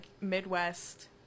Midwest